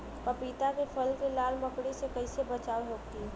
पपीता के फल के लाल मकड़ी से कइसे बचाव होखि?